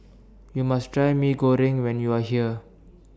YOU must Try Mee Goreng when YOU Are here